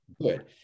good